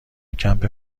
کمپ